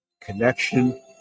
connection